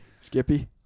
Skippy